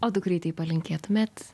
o dukrytei palinkėtumėt